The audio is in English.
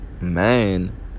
man